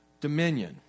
dominion